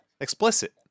explicit